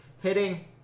hitting